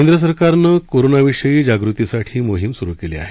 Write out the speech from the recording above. केंद्र सरकारनं कोरोनाविषयी जागृतीसाठी मोहीम सुरु केली आहे